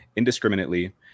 Indiscriminately